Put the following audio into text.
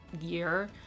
year